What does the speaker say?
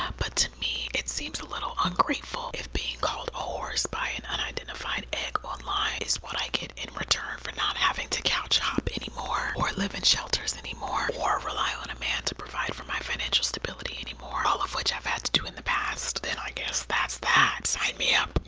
but to me, it seems a little ungrateful. if being called a horse by an unidentified egg online is what i get in return for not having to couch hop anymore or live in shelters anymore or rely on a man to provide for my financial stability anymore, all of which i've had to do in the past, then i guess that's that. sign me up.